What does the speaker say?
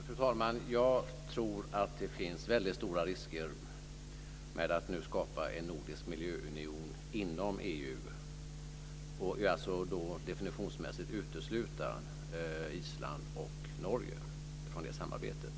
Fru talman! Jag tror att det finns väldigt stora risker med att nu skapa en nordisk miljöunion inom EU och alltså definitionsmässigt utesluta Island och Norge från det samarbetet.